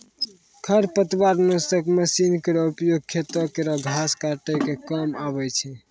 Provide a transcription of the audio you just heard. खरपतवार नासक मसीन केरो उपयोग खेतो केरो घास काटै क काम आवै छै